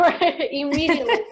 immediately